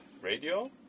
radio